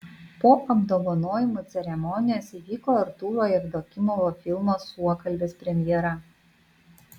po apdovanojimų ceremonijos įvyko artūro jevdokimovo filmo suokalbis premjera